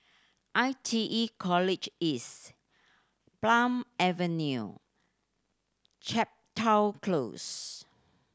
I T E College East Palm Avenue Chepstow Close